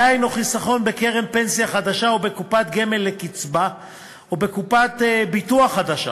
דהיינו חיסכון בקרן פנסיה חדשה או בקופת גמל לקצבה או בקופת ביטוח חדשה,